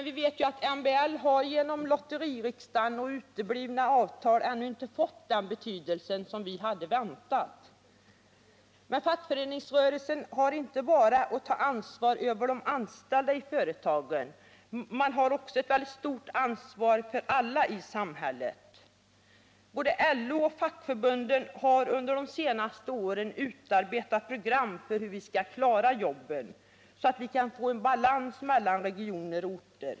Vi vet att MBL genom lotteririksdagen och uteblivna avtal inte ännu har fått den betydelse som vi hade väntat. Men fackföreningsrörelsen har inte bara att ta ansvar för de anställda i företagen. Man har också ett mycket stort ansvar för alla i samhället. Både LO och många av förbunden har under de senaste åren utarbetat program för hur vi skall klara jobben, så att vi får en balans mellan regioner och orter.